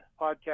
podcast